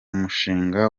mushinga